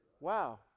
Wow